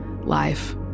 life